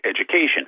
education